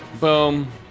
Boom